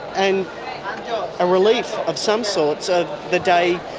and a relief of some sorts of the day,